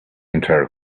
entire